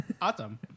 Awesome